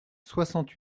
soixante